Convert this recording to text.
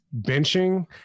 benching